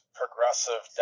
progressive